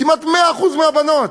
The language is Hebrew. כמעט 100% מהבנות.